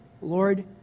Lord